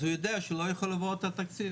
אז הוא יודע שהוא לא יכול לעבור את התקציב.